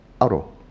Aro